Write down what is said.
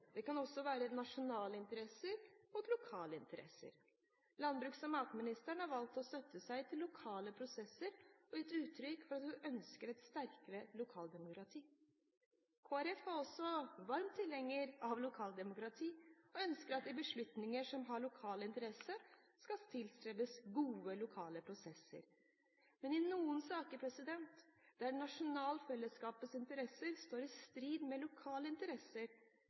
Det kan også være nasjonale interesser mot lokale interesser. Landbruks- og matministeren har valgt å støtte seg til lokale prosesser og har gitt uttrykk for at hun ønsker et sterkere lokaldemokrati. Vi i Kristelig Folkeparti er også varme tilhengere av lokaldemokratiet og ønsker at det i beslutninger som har lokal interesse, skal tilstrebes gode lokale prosesser. Men i noen saker, der det nasjonale fellesskapets interesser står i strid med lokale interesser,